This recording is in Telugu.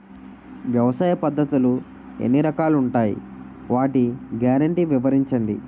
వ్యవసాయ పద్ధతులు ఎన్ని రకాలు ఉంటాయి? వాటి గ్యారంటీ వివరించండి?